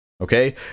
okay